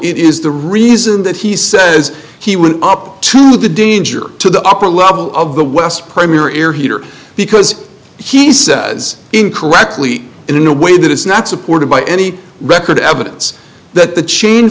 is the reason that he says he was up to the danger to the upper level of the west primary air heater because he says incorrectly in a way that is not supported by any record of evidence that the chain